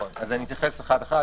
אתייחס אחד אחד.